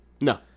No